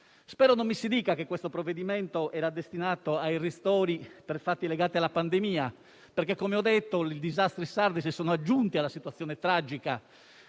Spero non mi si dica che questo provvedimento è destinato ai ristori per fatti legati alla pandemia, perché, come ho detto, i disastri sardi si sono aggiunti alla situazione tragica